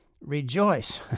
rejoice